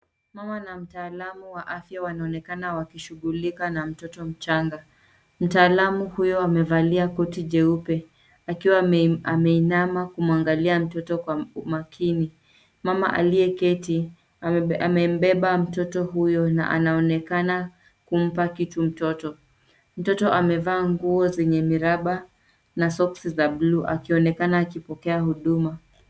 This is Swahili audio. Mama na mtaalamu wa afya wanaonekana wakishughulika na mtoto mchanga. Mtaalamu huyo amevalia koti jeupe akiwa ameinama kumwangalia mtoto kwa umakini. Mama aliyeketi amembeba mtoto huyo na anaonekana kumpa kitu mtoto. Mtoto amevaa nguo zenye miraba na soksi za bluu akionekana akipokea huduma.